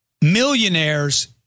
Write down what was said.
millionaires